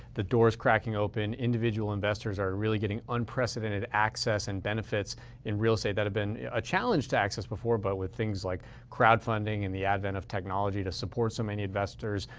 the door's cracking open. individual investors are really getting unprecedented access and benefits in real estate that have been a challenge to access before. but with things like crowdfunding, and the advent of technology that supports so many investors,